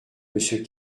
monsieur